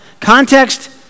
Context